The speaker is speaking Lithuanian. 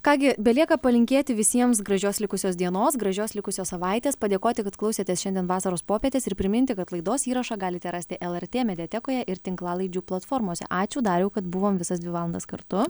ką gi belieka palinkėti visiems gražios likusios dienos gražios likusios savaitės padėkoti kad klausėtės šiandien vasaros popietės ir priminti kad laidos įrašą galite rasti lrt mediatekoje ir tinklalaidžių platformose ačiū dariau kad buvom visas dvi valandas kartu